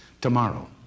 tomorrow